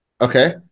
Okay